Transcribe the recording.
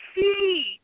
see